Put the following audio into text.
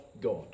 God